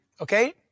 Okay